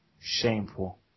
Shameful